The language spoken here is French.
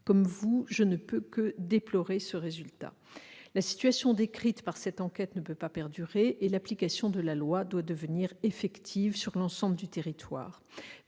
Comme vous, je ne peux que déplorer ce résultat. La situation décrite par cette enquête ne peut pas perdurer. L'application de la loi doit devenir effective sur l'ensemble du territoire.